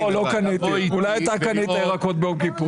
הכול.